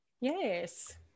yes